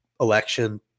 election